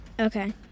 Okay